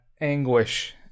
anguish